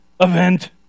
event